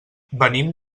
venim